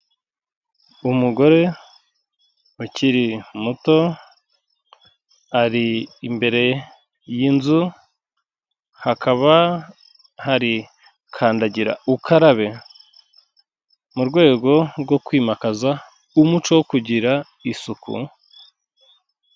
Umugore ukiri muto, ari imbere y'inzu, hakaba hari kandagira ukarabe, mu rwego rwo kwimakaza umuco wo kugira isuku.